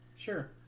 Sure